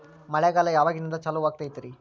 ಮಳೆಗಾಲ ಯಾವಾಗಿನಿಂದ ಚಾಲುವಾಗತೈತರಿ?